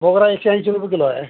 मोगरा एकशे ऐंशी रुपये किलो आहे